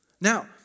Now